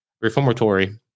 reformatory